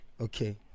okay